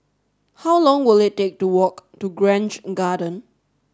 how long will it take to walk to Grange Garden